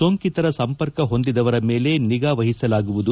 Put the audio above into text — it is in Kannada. ಸೋಂಕಿತರ ಸಂಪರ್ಕ ಹೊಂದಿದವರ ಮೇಲೆ ನಿಗಾ ವಹಿಸಲಾಗುವುದು